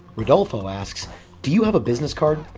rodolfo asks do you have a business card?